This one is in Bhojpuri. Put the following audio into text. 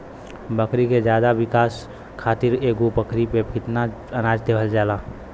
बकरी के ज्यादा विकास खातिर एगो बकरी पे कितना अनाज देहल जाला?